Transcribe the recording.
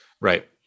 right